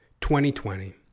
2020